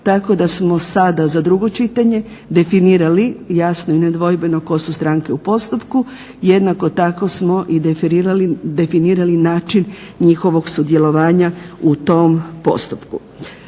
tako da smo sada za drugo čitanje definirali jasno i nedvojbeno tko su stranke u postupku. Jednako tako smo i definirali način njihovog sudjelovanja u tom postupku.